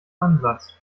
ansatz